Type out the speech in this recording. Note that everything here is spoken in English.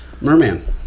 merman